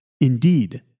Indeed